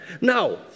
Now